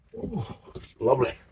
lovely